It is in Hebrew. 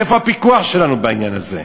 איפה הפיקוח שלנו בעניין הזה?